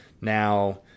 now